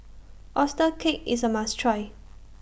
Oyster Cake IS A must Try